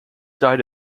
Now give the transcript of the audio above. died